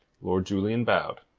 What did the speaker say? lord julian bowed